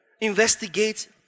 investigate